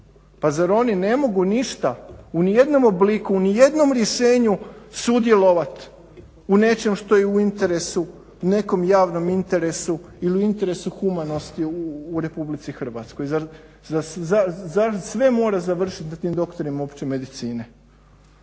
Pa zar oni ne mogu ništa u nijednom obliku, u ni jednom rješenju sudjelovat u nečem što je u interesu, nekom javnom interesu ili interesu humanosti u RH, zar sve mora završiti na tim doktorima opće medicine?